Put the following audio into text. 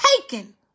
taken